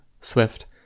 swift